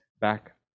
back